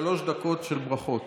שלוש דקות של ברכות